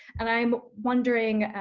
and i'm wondering,